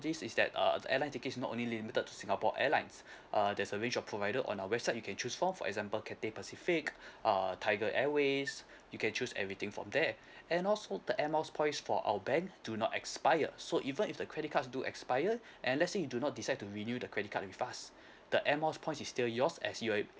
this is that uh the airline ticket is not only limited to Singapore Airlines uh there's a range of provider on our website you can choose from for example Cathay Pacific err Tiger Airways you can choose everything from there and also the air miles points for our bank do not expire so even if the credit cards do expire and let's say you do not decide to renew the credit card with us the air miles points is still yours as you're ab~ err